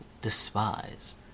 despise